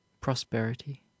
prosperity